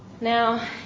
Now